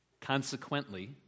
Consequently